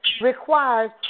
requires